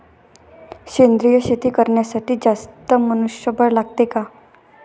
सेंद्रिय शेती करण्यासाठी जास्त मनुष्यबळ लागते का?